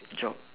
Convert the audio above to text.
job